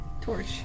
torch